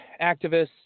activists